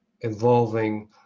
involving